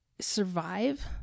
survive